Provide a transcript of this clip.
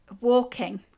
walking